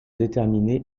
déterminer